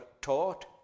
taught